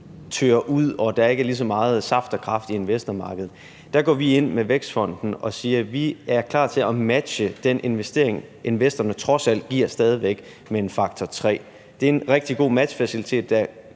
tørrer ud og der ikke er lige så meget saft og kraft i investormarkedet, går vi ind med Vækstfonden og siger, at vi er klar til at matche den investering, investorerne trods alt stadig væk giver, med en faktor tre. Det er en rigtig god matchfacilitet, der